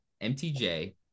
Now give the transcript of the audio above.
MTJ